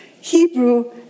Hebrew